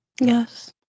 yes